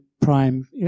prime